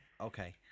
okay